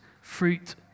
fruit